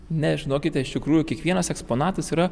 ne žinokite iš tikrųjų kiekvienas eksponatas yra